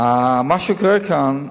מה שקורה כאן,